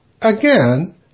Again